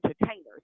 entertainers